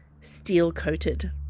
steel-coated